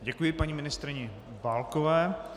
Děkuji paní ministryni Válkové.